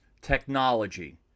technology